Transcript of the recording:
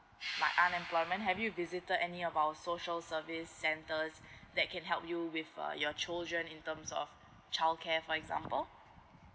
like unemployment have you visited any of our social service centers that can help you with uh your children in terms of childcare for example